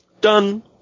Done